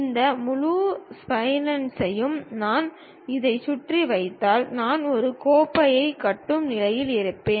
இந்த முழு ஸ்ப்லைனையும் நான் இதைச் சுற்றி வந்தால் நான் ஒரு கோப்பை கட்டும் நிலையில் இருப்பேன்